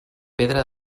pedra